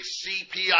CPI